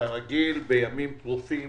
כרגיל בימים טרופים